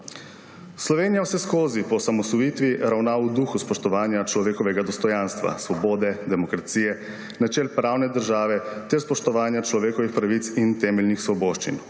Slovenija vseskozi po osamosvojitvi ravna v duhu spoštovanja človekovega dostojanstva, svobode, demokracije, načel pravne države ter spoštovanja človekovih pravic in temeljnih svoboščin,